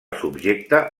subjecte